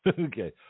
Okay